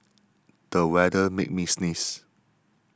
the weather made me sneeze